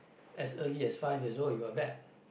as early as five years old you're bad